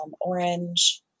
orange